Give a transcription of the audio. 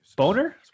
Boner